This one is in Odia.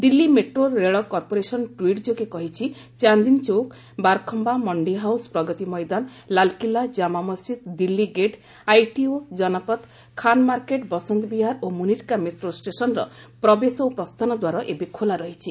ଦିଲ୍ଲୀ ମେଟ୍ରୋ ରେଳକର୍ପୋରେସନ୍ ଟ୍ୱିଟ୍ ଯୋଗେ କହିଛି ଚାନ୍ଦିନୀଚୌକ ବାରଖମ୍ଘା ମଣ୍ଡିହାଉସ୍ ପ୍ରଗତି ମଇଦାନ ଲାଲକିଲା ଜାମା ମସଜିଦ୍ Delhi gate ITO Janpath Khan market ବସନ୍ତ ବିହାର ଓ ମୁନିର୍କା ମେଟ୍ରୋ ଷ୍ଟେସନ୍ର ପ୍ରବେଶ ଓ ପ୍ରସ୍ଥାନ ଦ୍ୱାର ଏବେ ଖୋଲା ରହିଛି